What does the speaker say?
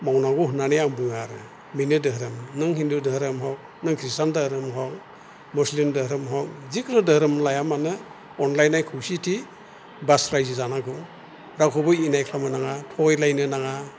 मावनांगौ होननानै आं बुङो आरो बेनो धोरोम नों हिन्दु धोरोम हग नों ख्रिस्टान धोरोम हग मुस्लिम धोरोम हग जिखुनु धोरोम लाया मानो अनलायनाय खौसेथि बास रायजो जानांगौ रावखौबो इनाय खालामनो नाङा थगायलायनो नाङा